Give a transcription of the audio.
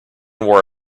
wore